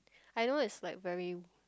I know it's like very